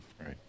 right